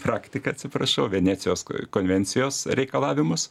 praktiką atsiprašau venecijos konvencijos reikalavimus